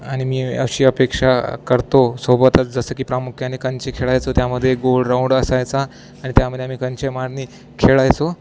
आणि मी अशी अपेक्षा करतो सोबतच जसं की प्रामुख्याने कंचे खेळायचो त्यामध्ये गोल राऊंड असायचा आणि त्यामध्ये आम्ही कंचे मारून खेळायचो